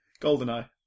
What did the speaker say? GoldenEye